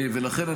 ולכן,